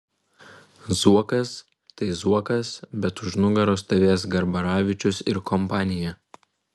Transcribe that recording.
zuokas tai zuokas bet už nugaros stovės garbaravičius ir kompanija